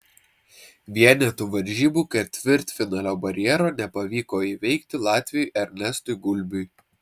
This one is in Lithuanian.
vienetų varžybų ketvirtfinalio barjero nepavyko įveikti latviui ernestui gulbiui